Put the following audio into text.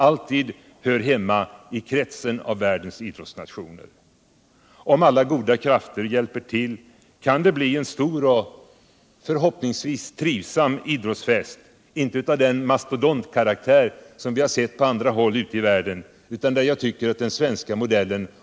Tvärtom kan en statlig satsning på detta minska stora gruppers tilltro till vår vilja att förbättra deras situation. Förslaget är enligt min uppfattning oansvarigt! Jag yrkar bifall till reservationen. den det ej vill röstar nej.